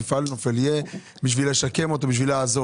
מפעל נופל יהיה בשביל לשקם אותו ולעזור